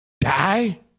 Die